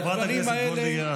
חברת הכנסת וולדיגר,